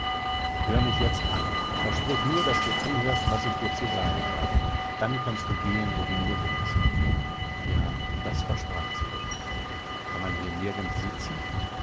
hör mich jetzt an versprich nur daß du anhörst was ich dir zu sagen habe dann kannst du gehen wohin du willst ja das versprach sie kann man hier nirgends sitzen